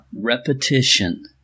Repetition